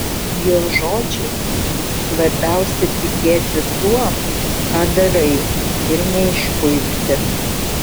jo žodžiais svarbiausia tikėti tuo ką darai ir neišpuikti